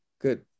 Good